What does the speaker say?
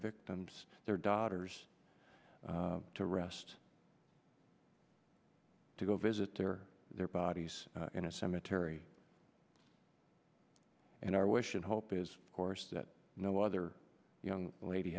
victims their daughters to rest to go visit their their bodies in a cemetery and our wish and hope is of course that no other young lady